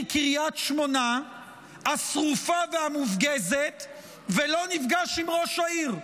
קריית שמונה השרופה והמופגזת ולא נפגש עם ראש העיר?